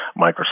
Microsoft